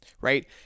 right